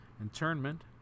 Internment